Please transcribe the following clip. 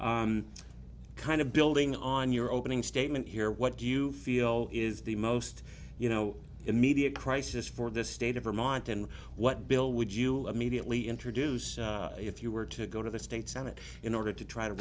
any kind of building on your opening statement here what do you feel is the most you know immediate crisis for the state of vermont and what bill would you immediately introduce if you were to go to the state senate in order to try to